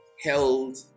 held